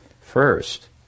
first